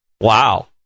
wow